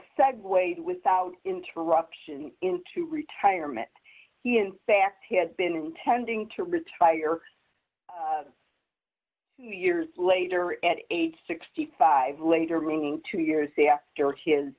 segue without interruption into retirement he in fact had been intending to return fire years later at age sixty five later meaning two years after